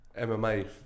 MMA